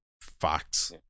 facts